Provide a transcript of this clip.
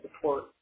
support